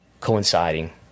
coinciding